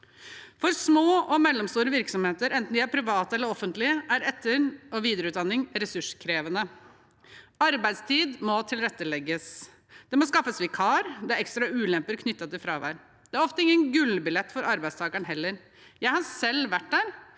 For små og mellomstore virksomheter, enten de er private eller offentlige, er etter- og videreutdanning ressurskrevende. Arbeidstid må tilrettelegges, og det må skaffes vikar. Det er også ekstra ulemper knyttet til fravær. Det er ofte ingen gullbillett for arbeidstakeren heller. Jeg har selv vært der.